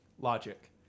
logic